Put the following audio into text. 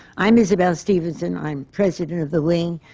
i'm isabelle stevenson. i'm president of the wing,